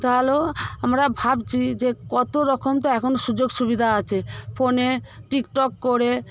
তাহলেও আমরা ভাবছি যে কত রকম তো এখন সুযোগসুবিধা আছে ফোনে টিকটক করে